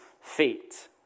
feet